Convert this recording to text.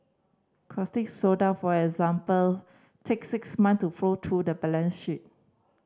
caustic soda for example take six months to fall to the balance sheet